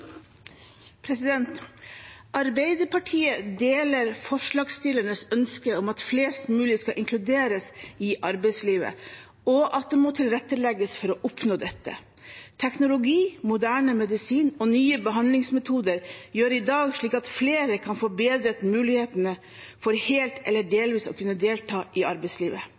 Arbeiderpartiet deler forslagsstillernes ønske om at flest mulig skal inkluderes i arbeidslivet, og at det må tilrettelegges for å oppnå dette. Teknologi, moderne medisin og nye behandlingsmetoder gjør i dag at flere kan få bedret mulighetene for helt eller delvis å kunne delta i arbeidslivet.